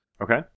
Okay